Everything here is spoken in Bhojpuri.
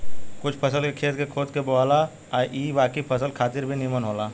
कुछ फसल के खेत के खोद के बोआला आ इ बाकी फसल खातिर भी निमन होला